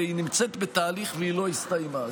והיא נמצאת בתהליך ולא הסתיימה.